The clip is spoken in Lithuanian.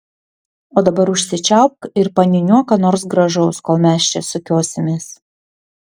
o dabar užsičiaupk ir paniūniuok ką nors gražaus kol mes čia sukiosimės